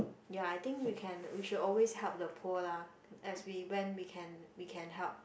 ya I think we can we should always help the poor lah as we when we can we can help